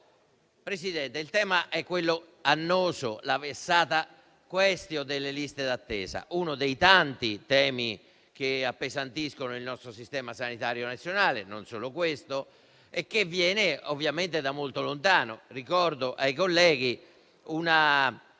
Presidente, il tema è annoso, la *vexata quaestio* delle liste d'attesa, uno dei tanti temi che appesantiscono il nostro Sistema sanitario nazionale, anche se non è il solo, e che viene ovviamente da molto lontano. Ricordo ai colleghi una